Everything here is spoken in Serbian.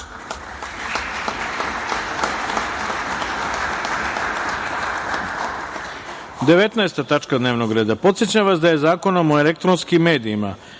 19. tačku dnevnog reda. Podsećam vas da je Zakonom o elektronskim medijima